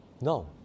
No